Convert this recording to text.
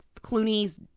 Clooney's